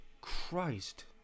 Christ